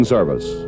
Service